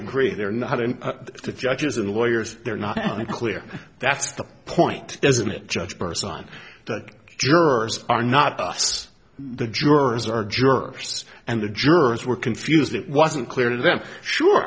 agree they're not in the judges and lawyers they're not clear that's the point isn't it judge her son that jurors are not us the jurors are jurors and the jurors were confused it wasn't clear to them sure